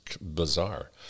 bizarre